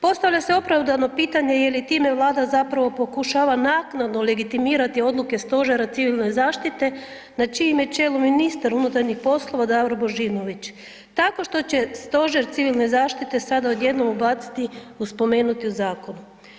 Postavlja se opravdano pitanje je li time Vlada zapravo pokušava naknadno legitimirati odluke Stožera civilne zaštite na čijem je čelu ministra unutarnjih poslova Davor Božinović, tako što će Stožer civilne zaštite sada odjednom ubaciti u spomenuti zakon.